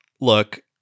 Look